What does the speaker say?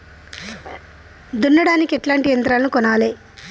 దున్నడానికి ఎట్లాంటి యంత్రాలను కొనాలే?